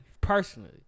personally